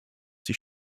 die